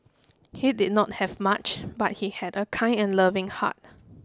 he did not have much but he had a kind and loving heart